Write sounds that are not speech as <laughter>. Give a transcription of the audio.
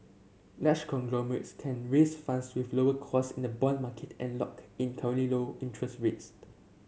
large conglomerates can raise funds with lower cost in the bond market and lock in <unintelligible> low interest rates